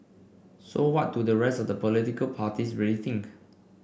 so what do the rest of the political parties really think